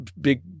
big